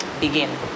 begin